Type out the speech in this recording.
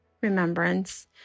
remembrance